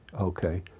okay